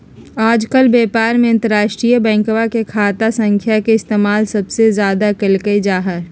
आजकल व्यापार में अंतर्राष्ट्रीय बैंकवा के खाता संख्या के इस्तेमाल सबसे ज्यादा कइल जाहई